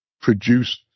produced